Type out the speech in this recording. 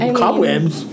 cobwebs